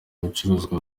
bicuruzwa